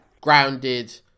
Grounded